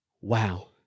Wow